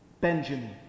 Benjamin